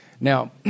Now